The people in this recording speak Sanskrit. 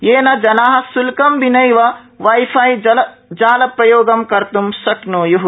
येन जना शुल्कं विनैव वाईफाई जालप्रयोगं कर्त् शक्न्य्ः